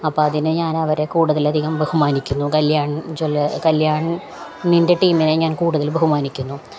അപ്പോള് അതിനെ ഞാൻ അവരെ കൂടുതലധികം ബഹുമാനിക്കുന്നു കല്യാണ് കല്യാണിൻ്റെ ടീമിനെ ഞാൻ കൂടുതൽ ബഹുമാനിക്കുന്നു